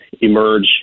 emerge